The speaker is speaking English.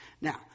Now